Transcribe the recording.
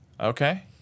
Okay